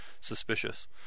suspicious